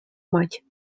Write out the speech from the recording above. мать